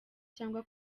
cyangwa